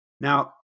Now